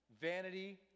vanity